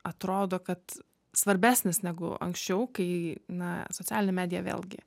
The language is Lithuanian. atrodo kad svarbesnis negu anksčiau kai na socialinė medija vėlgi